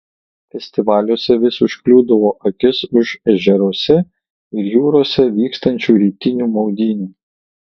festivaliuose vis užkliūdavo akis už ežeruose ir jūroje vykstančių rytinių maudynių